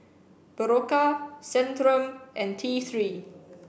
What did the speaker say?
Berocca Centrum and T Three